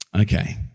Okay